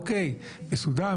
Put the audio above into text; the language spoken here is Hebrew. מסודן,